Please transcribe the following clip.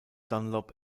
dunlop